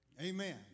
Amen